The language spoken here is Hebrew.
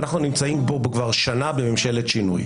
אנחנו נמצאים כאן כבר שנה בממשלת שינוי.